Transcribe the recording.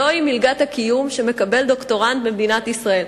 זוהי מלגת הקיום שמקבל דוקטורנט במדינת ישראל.